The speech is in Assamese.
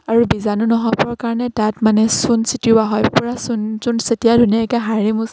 আৰু বীজাণু নহ'বৰ কাৰণে তাত মানে চূণ চটিওৱা হয় চূণ চূণ চটিয়াই ধুনীয়াকে সাৰি মচি